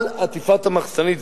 על עטיפת המחסנית,